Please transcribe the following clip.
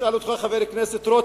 אשאל אותך, חבר הכנסת רותם: